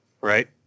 Right